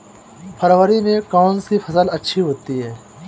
फरवरी में कौन सी फ़सल अच्छी होती है?